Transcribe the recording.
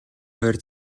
хоёр